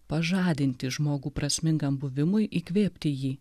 pažadinti žmogų prasmingam buvimui įkvėpti jį